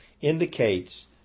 indicates